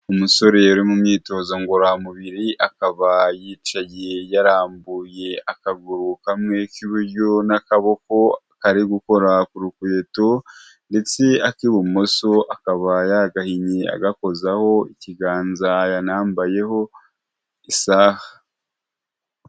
Umusore uri mu myitozo ngororamubiri, akaba yicaye yarambuye akaguru kamwe k'iburyo n'akaboko kari gukora ku rukweto, ndetse ak'ibumoso akaba yagahinnye, agakozaho ikiganza yanambayeho isaha.